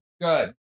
Good